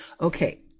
Okay